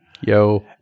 Yo